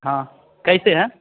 हाँ कैसे है